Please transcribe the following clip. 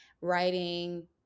writing